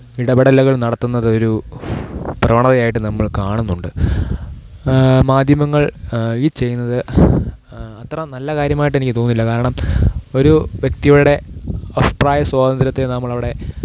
ഇടപെടലുകള് നടത്തുന്നത് ഒരു പ്രവണതയായിട്ട് നമ്മള് കാണുന്നുണ്ട് മാധ്യമങ്ങള് ഈ ചെയ്യുന്നത് അത്ര നല്ല കാര്യമായിട്ടെനിക്കു തോന്നുന്നില്ല കാരണം ഒരു വ്യക്തിയുടെ അഭിപ്രായ സ്വാതന്ത്ര്യത്തെ നമ്മളവിടെ